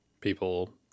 people